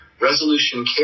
Resolution